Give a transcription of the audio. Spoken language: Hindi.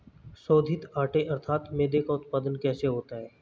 शोधित आटे अर्थात मैदे का उत्पादन कैसे होता है?